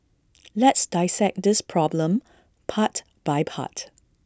let's dissect this problem part by part